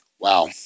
Wow